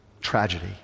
tragedy